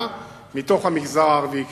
בתוך המגזר הערבי.